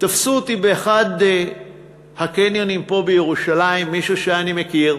תפס אותי באחד הקניונים פה בירושלים מישהו שאני מכיר,